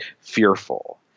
fearful